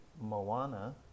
Moana